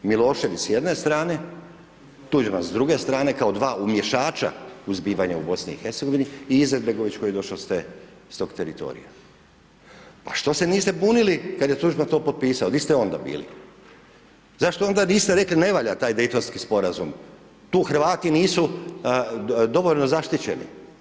Milošević s jedne strane, Tuđman s druge strane, kao dva umješača u zbivanju u BiH i Izetbegović koji je došao s toga teritorija, pa što se niste bunili kad je Tuđman to potpisao, gdje ste onda bili, zašto onda niste rekli ne valja taj Dejtonski Sporazum, tu Hrvati nisu dovoljno zaštićeni.